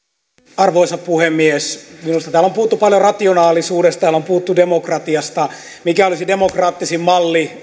arvoisa puhemies minusta täällä on puhuttu paljon rationaalisuudesta täällä on puhuttu demokratiasta mikä olisi demokraattisin malli